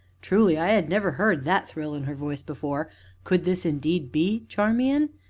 truly i had never heard that thrill in her voice before could this indeed be charmian?